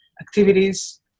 activities